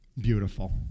beautiful